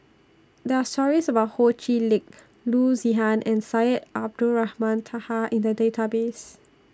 There Are stories about Ho Chee Lick Loo Zihan and Syed Abdulrahman Taha in The Database